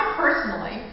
personally